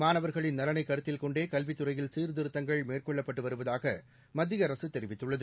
மாணவர்களின் நலனை கருத்தில் கொண்டே கல்வித் துறையில் சீர்த்திருத்தங்கள் மேற்கொள்ளப்பட்டு வருவதாக மத்திய அரசு தெரிவித்துள்ளது